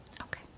Okay